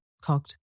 cocked